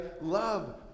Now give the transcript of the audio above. love